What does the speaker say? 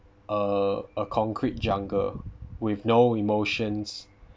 a a concrete jungle with no emotions